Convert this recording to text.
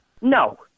No